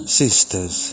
sisters